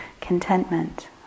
contentment